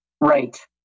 Right